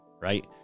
right